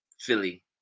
Philly